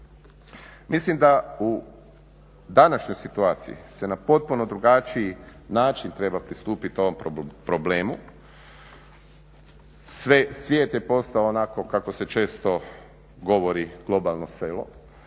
Mislim da u današnjoj situaciji se na potpuno drugačiji način treba pristupiti ovom problemu, svijet je postao onako kako se često govori globalno selo.